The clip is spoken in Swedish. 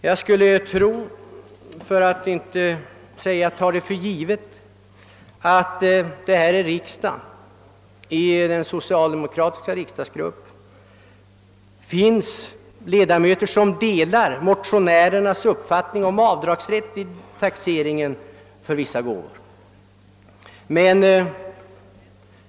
Jag skulle tro — för att inte säga att jag tar för givet — att det i den socialdemokratiska riksdagsgruppen finns ledamöter som delar motionärernas uppfattning om avdragsrätt för vissa gåvor vid taxeringen.